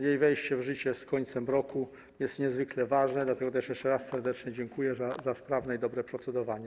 Jej wejście w życie z końcem roku jest niezwykle ważne, dlatego też jeszcze raz serdecznie dziękuję za sprawne i dobre procedowanie.